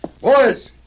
Boys